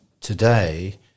today